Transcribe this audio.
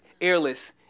airless